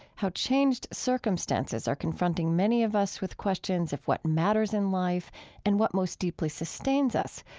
how changed circumstances are confronting many of us with questions of what matters in life and what most deeply sustains us,